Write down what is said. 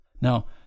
Now